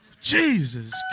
Jesus